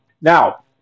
Now